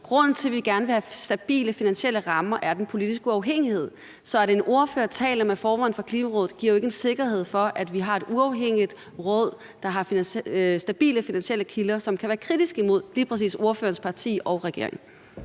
Grunden til, at vi gerne vil have stabile finansielle rammer, handler om den politiske uafhængighed. Så at en ordfører taler med formanden for Klimarådet, giver jo ikke en sikkerhed for, at vi har et uafhængigt råd, der har stabile finansielle kilder, og som kan være kritiske over for lige præcis ordførerens parti og regeringen.